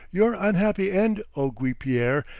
your unhappy end, o guipiere,